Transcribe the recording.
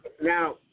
Now